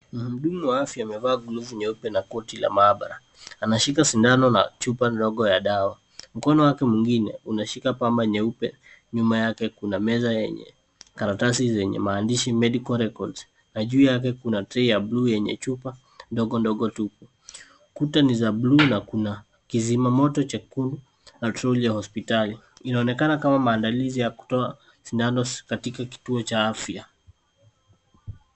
Mhudumu wa afya amevaa glovu nyeupe na koti la maabara, anashika sindano na chupa ndogo ya dawa. Mkono wake mwingine unashika pamba nyeupe. Nyuma yake kuna meza yenye karatasi zenye maandishi medical records na juu yake kuna trei ya bluu yenye chupa ndogondogo tupu. Kuta ni za bluu na kuna kizimamoto chekundu na troli ya hospitali. Inaonekana kama maandalizi ya kutoa sindano katika kituo cha afya.